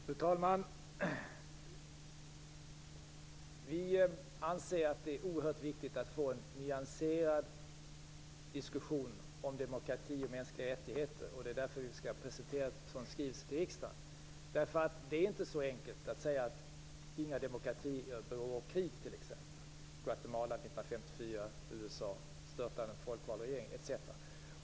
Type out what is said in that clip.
Fru talman! Vi anser att det är oerhört viktigt att få en nyanserad diskussion om demokrati och mänskliga rättigheter. Det är därför som regeringen skall presentera en sådan skrivelse till riksdagen. Det är inte så enkelt som att säga att inga demokratier för krig, t.ex. USA.